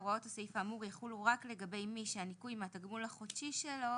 הוראות הסעיף האמור יחולו רק לגבי מי שניכוי מהתגמול החודשי שלו